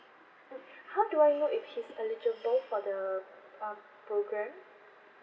how do I know if he's eligible for the um programme